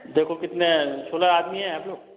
देखो कितने हैं सोलह आदमी है आप लोग